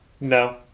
No